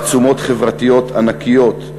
ובעצומות חברתיות ענקיות,